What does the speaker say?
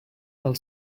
del